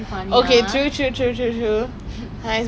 really ah I've been seeing a lot on Twitter and TikTok lah